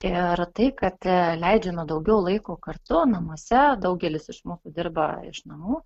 ir tai kad leidžiame daugiau laiko kartu namuose daugelis iš mūsų dirba iš namų